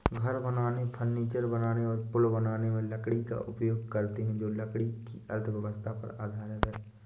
घर बनाने, फर्नीचर बनाने और पुल बनाने में लकड़ी का उपयोग करते हैं जो लकड़ी की अर्थव्यवस्था पर आधारित है